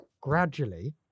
gradually